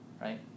right